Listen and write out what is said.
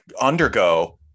undergo